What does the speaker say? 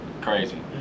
crazy